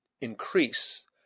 increase